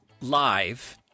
live